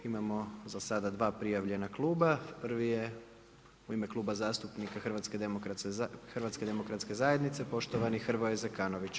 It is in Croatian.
Imamo za sada dva prijavljena kluba, prvi je u ime Kluba zastupnika HDZ-a, poštovani Hrvoje Zekanović.